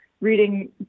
reading